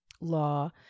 law